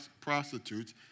prostitutes